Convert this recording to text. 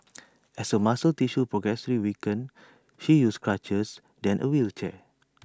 as her muscle tissue progressively weakened she used crutches then A wheelchair